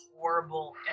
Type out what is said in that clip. horrible